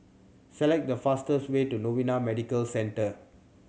select the fastest way to Novena Medical Centre